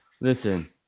Listen